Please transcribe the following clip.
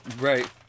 Right